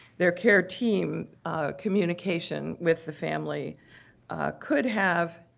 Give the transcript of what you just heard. their care team communication with the family could have,